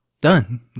Done